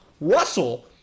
Russell